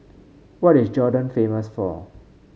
what is Jordan famous for